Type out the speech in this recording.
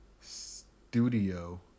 studio